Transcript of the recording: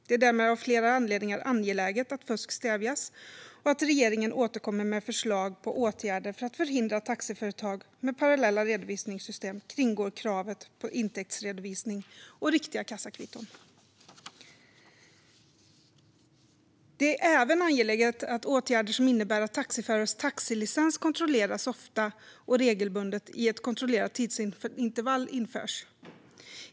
Det är därmed av flera anledningar angeläget att fusk stävjas och att regeringen återkommer med förslag på åtgärder för att förhindra att taxiföretag med parallella redovisningssystem kringgår kravet på intäktsredovisning och riktiga kassakvitton. Det är även angeläget att åtgärder som innebär att taxiförares taxilicens kontrolleras ofta och regelbundet i ett kontrollerat tidsintervall införs.